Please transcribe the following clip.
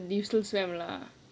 but di~ you still swam lah